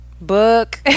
book